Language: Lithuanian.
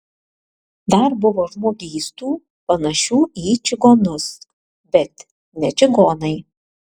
dar buvo žmogystų panašių į čigonus bet ne čigonai